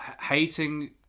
hating